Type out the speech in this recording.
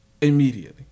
immediately